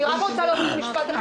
אני רוצה להוסיף משפט אחד.